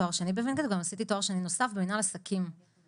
תואר שני בווינגיט וגם עשיתי תואר שני נוסף במנהל עסקים -- בווינגיט?